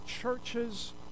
churches